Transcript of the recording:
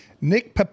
Nick